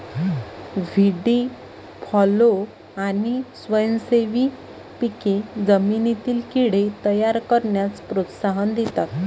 व्हीडी फॉलो आणि स्वयंसेवी पिके जमिनीतील कीड़े तयार करण्यास प्रोत्साहन देतात